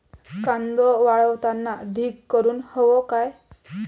कांदो वाळवताना ढीग करून हवो काय?